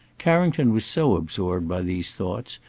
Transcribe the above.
carrington was so absorbed by these thoughts,